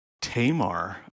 Tamar